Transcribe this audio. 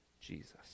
Jesus